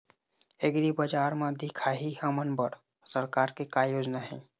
एग्रीबजार म दिखाही हमन बर सरकार के का योजना हे?